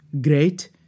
Great